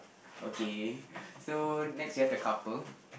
okay so next we have the couple